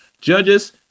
Judges